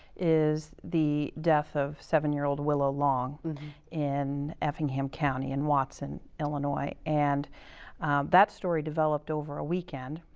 is the death of seven year old willow long in effingham county, in watson, illinois. and that story developed over a weekend,